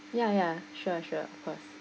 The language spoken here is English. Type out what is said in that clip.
ya ya sure sure of course